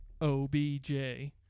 OBJ